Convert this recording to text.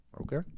Okay